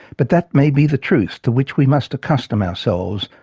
but that may be the truth to which we must accustom ourselves,